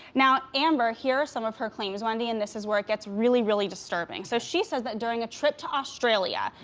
now, amber, here are some of her claims, wendy, and this is where it gets really, really disturbing. so, she says that during a trip to australia,